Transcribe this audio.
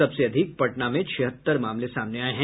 सबसे अधिक पटना में छिहत्तर मामले सामने आये हैं